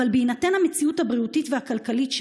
אבל בהינתן המציאות הבריאותית והכלכלית,